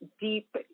deep